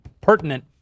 pertinent